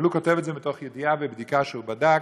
אבל הוא כותב את זה מתוך ידיעה ובדיקה שהוא בדק,